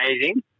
amazing